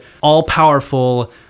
all-powerful